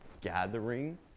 gathering